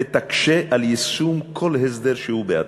ותקשה יישום כל הסדר שהוא בעתיד,